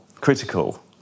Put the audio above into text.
critical